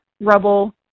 rubble